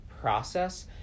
process